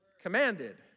commanded